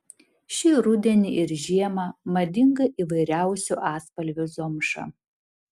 šį rudenį ir žiemą madinga įvairiausių atspalvių zomša